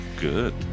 Good